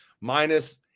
minus